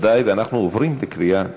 ואנחנו מייד עוברים לקריאה שלישית.